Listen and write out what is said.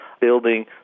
building